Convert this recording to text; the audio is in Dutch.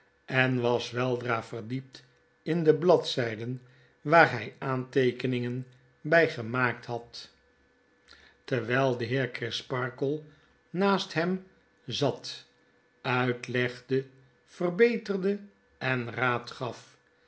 en was weldra verdiept in de bladzyden vfraar hij aanteekeningen by gemaakt had terwijl de heer crisparkle naast hem zat uitlegde verbeterde en raad gaf